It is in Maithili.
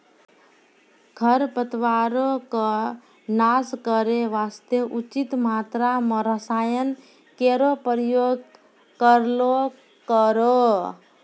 खरपतवारो क नाश करै वास्ते उचित मात्रा म रसायन केरो प्रयोग करलो करो